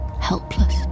helpless